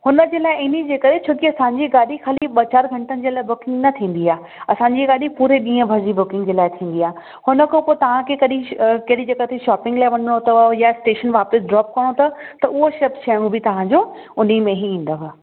हुनजे लाइ इनजे करे छो की असांजी गाॾी ख़ाली ॿ चारि घंटन जे लाइ बुकिंग न थींदी आहे असांजी गाॾी पूरे ॾींहं भर जी बुकिंग लाइ थींदी आहे हुनखां पोइ तव्हांखे कॾहिं कहिड़ी जॻह ते शॉपिंग लाइ वञिणो अथव या टेशन वापिसि ड्रॉप करण अथव त उहो शभु शयूं बि तव्हांजो उने में ही ईंदव